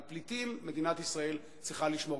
על פליטים מדינת ישראל צריכה לשמור,